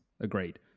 Agreed